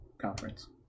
Conference